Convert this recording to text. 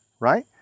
Right